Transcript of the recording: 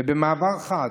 ובמעבר חד,